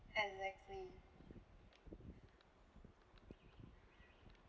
exactly